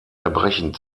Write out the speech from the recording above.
erbrechen